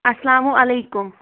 اَسلامُ علیکُم